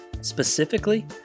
Specifically